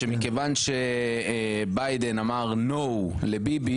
שמכיוון שביידן אמר No לביבי,